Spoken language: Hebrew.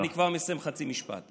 אני כבר מסיים, חצי משפט.